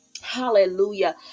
hallelujah